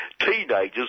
teenagers